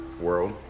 world